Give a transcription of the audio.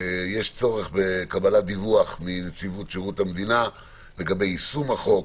יש צורך בקבלת דיווח מנציבות שירות המדינה לגבי יישום החוק,